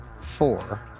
four